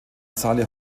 saale